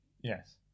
Yes